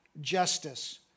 justice